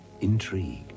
Intrigue